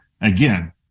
Again